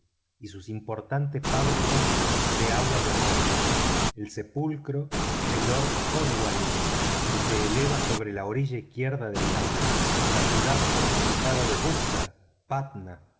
y sus importanes fábricas de agua de rosa el sepulcro de lord cornwallis que se eleva sobre la orilla izquierda del ganges la ciudad fortificada de buxar putna